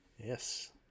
Yes